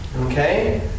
Okay